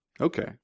Okay